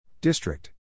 District